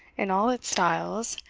in all its styles,